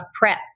prep